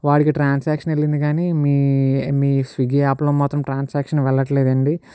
వాడికి ట్రాన్సాక్షన్ వెళ్ళింది కానీ మీ మీ స్విగ్గి యాప్లో మాత్రం ట్రాన్సాక్షన్ వెళ్ళట్లేదు అండి